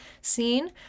scene